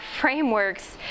frameworks